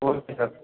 okay sir